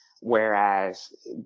whereas